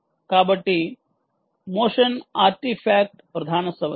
కాబట్టి motion artifact ప్రధాన సమస్య